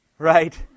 Right